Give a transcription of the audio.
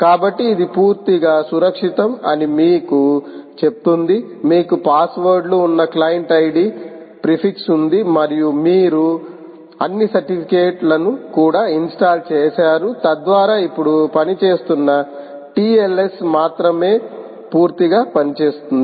కాబట్టి ఇది పూర్తిగా సురక్షితం అని మీకు చెప్తుంది మీకు పాస్వర్డ్లు ఉన్న క్లయింట్ ఐడి ప్రీఫిక్స్ ఉంది మరియు మీరు అన్ని సర్టిఫికెట్లను కూడా ఇన్స్టాల్ చేసారు తద్వారా ఇప్పుడు పనిచేస్తున్న టిఎల్ఎస్ మాత్రమే పూర్తిగా పనిచేస్తోంది